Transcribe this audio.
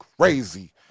crazy